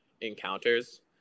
encounters